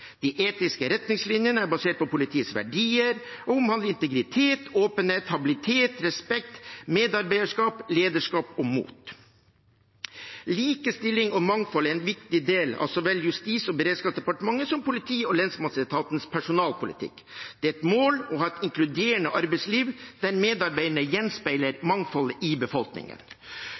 De etiske retningslinjene er basert på politiets verdier og omhandler integritet, åpenhet, habilitet, respekt, medarbeiderskap, lederskap og mot. Likestilling og mangfold er en viktig del av så vel Justis- og beredskapsdepartementets som politi- og lensmannsetatens personalpolitikk. Det er et mål å ha et inkluderende arbeidsliv der medarbeiderne gjenspeiler mangfoldet i befolkningen.